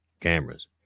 cameras